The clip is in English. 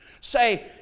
Say